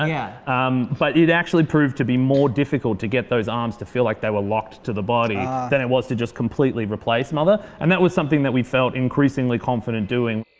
ah yeah um but it actually proved to be more difficult to get those arms to feel like they were locked to the body than it was to just completely replace mother and that was something that we felt increasingly confident doing